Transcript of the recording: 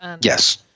Yes